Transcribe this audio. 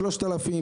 3,000,